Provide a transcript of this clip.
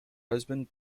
husband